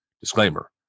Disclaimer